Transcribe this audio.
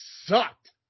sucked